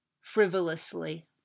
frivolously